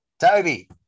Toby